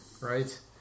Right